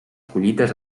collites